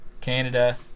Canada